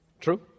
True